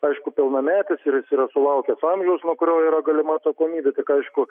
aišku pilnametis ir yra sulaukęs amžiaus nuo kurio yra galima atsakomybė tik aišku